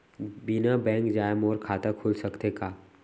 बिना बैंक जाए मोर खाता खुल सकथे का?